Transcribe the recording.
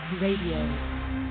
Radio